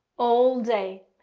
all day.